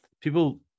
people